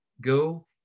Go